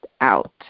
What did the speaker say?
out